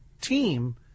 team